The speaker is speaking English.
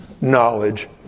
knowledge